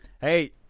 Hey